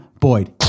Boyd